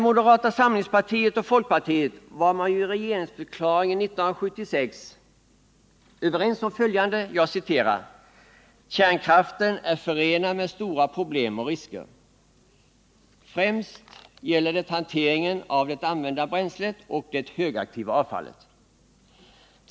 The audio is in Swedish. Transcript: Moderata samlingspartiet och folkpartiet var ju i regeringsdeklarationen 1976 överens om följande: ”Kärnkraften är förenad med stora problem och risker. Främst gäller det hanteringen av det använda bränslet och det högaktiva avfallet.